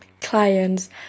clients